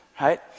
right